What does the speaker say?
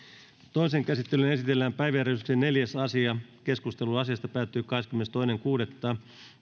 toiseen käsittelyyn esitellään päiväjärjestyksen neljäs asia keskustelu asiasta päättyi kahdeskymmenestoinen kuudetta